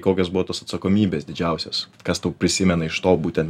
kokios buvo tos atsakomybės didžiausios kas tau prisimena iš to būtent